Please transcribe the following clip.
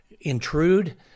intrude